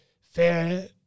fair